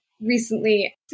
recently